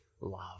love